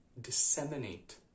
disseminate